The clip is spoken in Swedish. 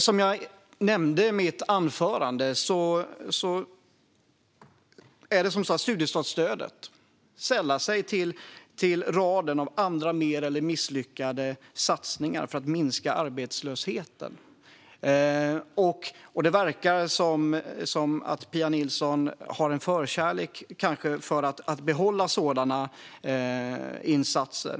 Som jag nämnde i mitt anförande sällar sig studiestartsstödet till raden av andra mer eller mindre misslyckade satsningar för att minska arbetslösheten. Det verkar som om Pia Nilsson har en förkärlek för att behålla sådana insatser.